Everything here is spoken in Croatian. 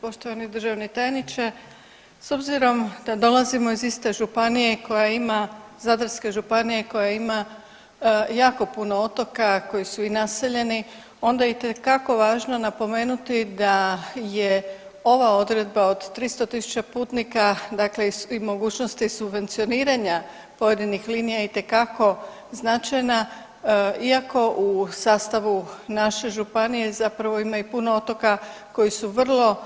Poštovani državni tajniče, s obzirom da dolazimo iz iste županije koja ima, Zadarske županije, koja ima jako puno otoka koji su i naseljeni, onda je itekako važno napomenuti da je ova odredba od 300.000 putnika dakle i mogućnosti subvencioniranja pojedinih linija itekako značajna iako u sastavu naše županije zapravo ima i puno otoka koji su vrlo,